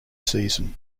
season